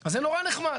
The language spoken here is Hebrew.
אז זה נורא נחמד.